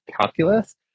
calculus